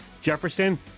Jefferson